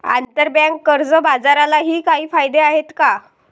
आंतरबँक कर्ज बाजारालाही काही कायदे आहेत का?